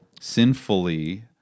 sinfully